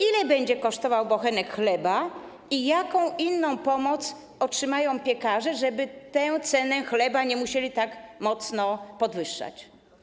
Ile będzie kosztował bochenek chleba i jaką inną pomoc otrzymają piekarze, żeby tej ceny chleba nie musieli tak mocno podwyższać?